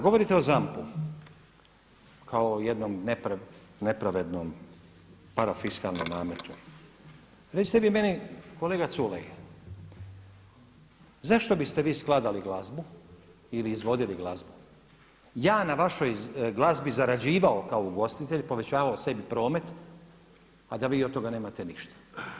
Govorite o ZAMP-u kao jednom nepravednom parafiskalnom nametu, recite vi meni kolega Culej zašto biste vi skladali glazbu ili izvodili glazbu, ja na vašoj glazbi zarađivao kao ugostitelj povećavao sebi promet, a da vi od toga nemate ništa.